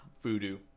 voodoo